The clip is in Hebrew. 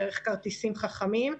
דרך כרטיסים חכמים.